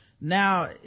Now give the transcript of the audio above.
now